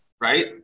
right